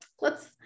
let's-